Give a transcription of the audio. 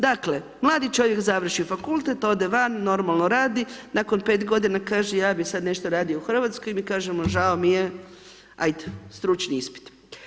Dakle, mladi čovjek završi fakultet, ode van, normalno radi nakon 5 godina kaže ja bih sad nešto radio u Hrvatskoj, mi kažemo žao mi je ajd stručni ispit.